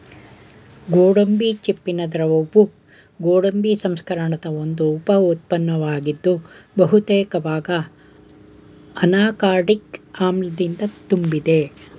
ಗೋಡಂಬಿ ಚಿಪ್ಪಿನ ದ್ರವವು ಗೋಡಂಬಿ ಸಂಸ್ಕರಣದ ಒಂದು ಉಪ ಉತ್ಪನ್ನವಾಗಿದ್ದು ಬಹುತೇಕ ಭಾಗ ಅನಾಕಾರ್ಡಿಕ್ ಆಮ್ಲದಿಂದ ತುಂಬಿದೆ